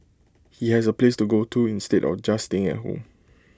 he has A place to go to instead of just staying at home